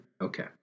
okay